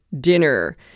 dinner